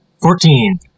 Fourteen